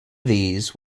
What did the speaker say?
these